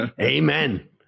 Amen